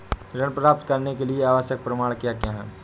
ऋण प्राप्त करने के लिए आवश्यक प्रमाण क्या क्या हैं?